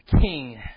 king